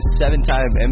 seven-time